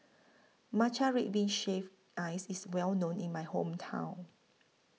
Matcha Red Bean Shaved Ice IS Well known in My Hometown